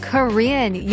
Korean